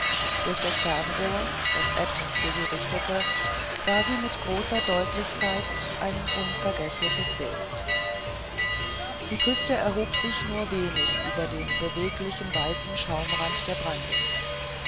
durch das fernrohr das edmund für sie richtete sah sie mit großer deutlichkeit ein unvergeßliches bild die küste erhob sich nur wenig über den beweglichen weißen schaumrand der brandung